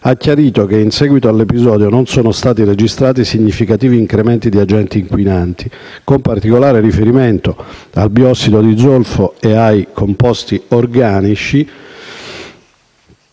ha chiarito che, in seguito all'episodio, non sono stati registrati significativi incrementi di agenti inquinanti, con particolare riferimento al biossido di zolfo e ai composti organici